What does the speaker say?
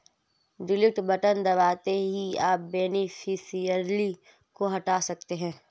delete button दबाते ही आप बेनिफिशियरी को हटा सकते है